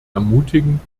ermutigen